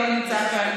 אינו נמצא כאן,